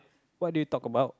what did you talk about